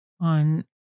on